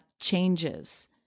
changes